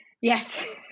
Yes